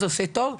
זה עושה טוב,